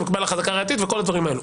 אקבע לו חזקה ראייתית וכל הדברים האלה.